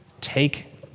Take